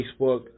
Facebook